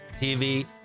TV